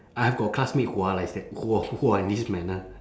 I have got classmate who are like that who are who are in this manner